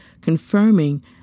confirming